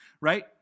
right